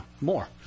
more